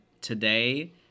today